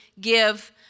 give